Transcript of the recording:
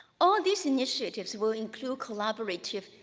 all these initiatives will include collaborative,